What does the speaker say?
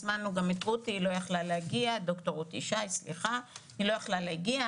הזמנו גם את ד"ר רותי ישי, היא לא יכלה להגיע.